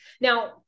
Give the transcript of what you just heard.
Now